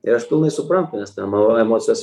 ir aš pilnai suprantu nes ten nu emocijos